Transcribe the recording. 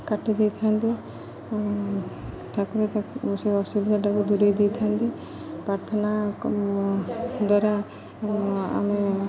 କାଟି ଦେଇଥାନ୍ତି ତା'ପରେ ସେ ଅସୁବିଧାଟାକୁ ଦୂରେଇ ଦେଇଥାନ୍ତି ପ୍ରାର୍ଥନା ଦ୍ୱାରା ଆମେ